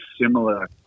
similar